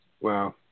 Wow